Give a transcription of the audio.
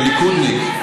כליכודניק,